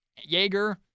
Jaeger